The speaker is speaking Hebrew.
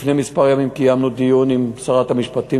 שלפני כמה ימים גם קיימנו דיון עם שרת המשפטים,